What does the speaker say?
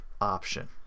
option